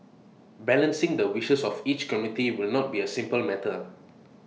balancing the wishes of each community will not be A simple matter